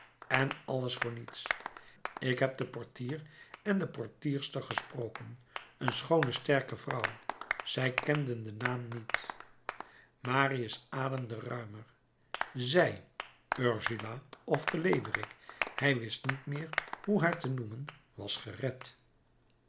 en alles voor niets ik heb den portier en de portierster gesproken een schoone sterke vrouw zij kenden den naam niet marius ademde ruimer zij ursula of de leeuwerik hij wist niet meer hoe haar te noemen was gered